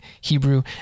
Hebrew